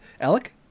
alec